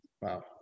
Wow